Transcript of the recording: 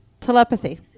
Telepathy